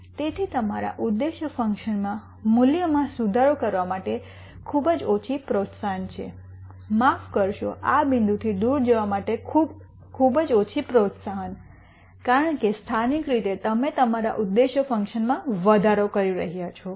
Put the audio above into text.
તેથી તમારા ઉદ્દેશ્ય ફંકશન મૂલ્યમાં સુધારો કરવા માટે ખૂબ જ ઓછી પ્રોત્સાહન છે માફ કરશો આ બિંદુથી દૂર જવા માટે ખૂબ જ ઓછી પ્રોત્સાહન કારણ કે સ્થાનિક રીતે તમે તમારા ઉદ્દેશ્ય ફંકશન મૂલ્યમાં વધારો કરી રહ્યા છો